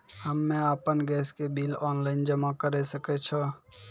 हम्मे आपन गैस के बिल ऑनलाइन जमा करै सकै छौ?